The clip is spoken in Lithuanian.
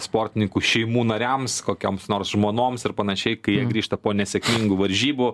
sportininkų šeimų nariams kokioms nors žmonoms ir panašiai kai jie grįžta po nesėkmingų varžybų